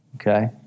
Okay